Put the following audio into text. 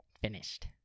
Finished